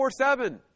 24-7